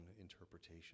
interpretation